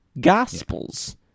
gospels